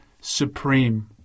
supreme